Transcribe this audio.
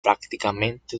prácticamente